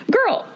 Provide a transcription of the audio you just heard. Girl